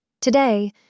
Today